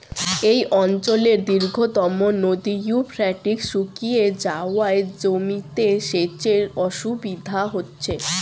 এই অঞ্চলের দীর্ঘতম নদী ইউফ্রেটিস শুকিয়ে যাওয়ায় জমিতে সেচের অসুবিধে হচ্ছে